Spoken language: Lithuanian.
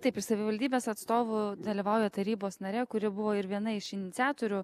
taip iš savivaldybės atstovų dalyvauja tarybos narė kuri buvo ir viena iš iniciatorių